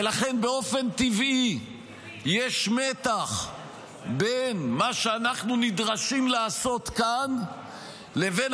ולכן באופן טבעי יש מתח בין מה שאנחנו נדרשים לעשות כאן לבין